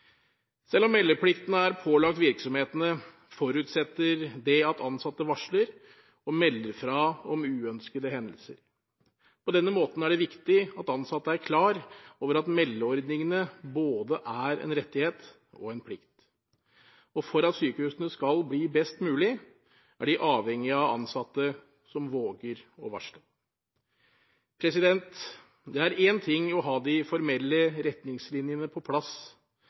Selv om meldeplikten er pålagt virksomhetene, forutsetter det at ansatte varsler og melder fra om uønskede hendelser. Det er viktig at ansatte er klar over at meldeordningene er både en rettighet og en plikt. For at sykehusene skal bli best mulig, er de avhengige av ansatte som våger å varsle. Det er én ting å ha de formelle retningslinjene på plass,